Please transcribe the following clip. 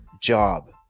job